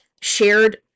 shared